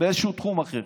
באיזשהו תחום אחר.